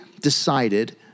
decided